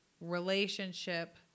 Relationship